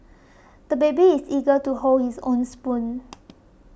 the baby is eager to hold his own spoon